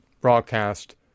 broadcast